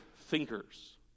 thinkers